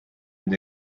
une